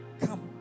come